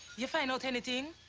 you find out anything?